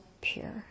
pure